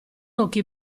occhi